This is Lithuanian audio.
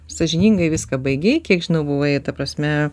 sąžiningai viską baigei kiek žinau buvai ta prasme